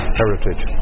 heritage